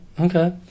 okay